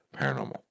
paranormal